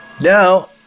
Now